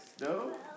No